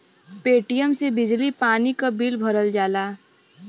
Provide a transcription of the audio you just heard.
Paytm से बिजली पानी क बिल भरल जाला